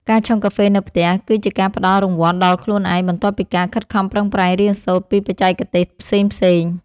ការឆុងកាហ្វេនៅផ្ទះ គឺជាការផ្ដល់រង្វាន់ដល់ខ្លួនឯង បន្ទាប់ពីការខិតខំប្រឹងប្រែងរៀនសូត្រពីបច្ចេកទេសផ្សេងៗ។